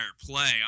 play